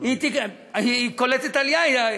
היא קולטת עלייה.